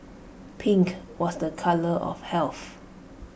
pink was the colour of health